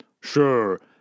Sure